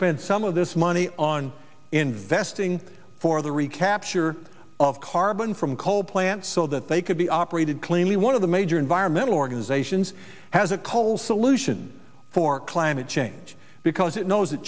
spend some of this money on investing for the recapture of carbon from coal plants so that they could be operated cleanly one of the major environmental organizations has a coal solution for climate change because it knows that